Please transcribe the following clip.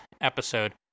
episode